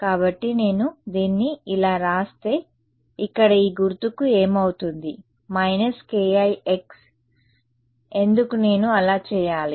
కాబట్టి నేను దీన్ని ఇలా వ్రాస్తే ఇక్కడ ఈ గుర్తుకు ఏమవుతుంది − ki x ఎందుకు నేను అలా చేయాలి